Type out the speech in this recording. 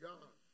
God